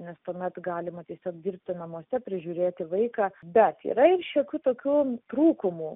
nes tuomet galima tiesiog dirbti namuose prižiūrėti vaiką bet yra ir šiokių tokių trūkumų